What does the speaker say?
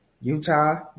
Utah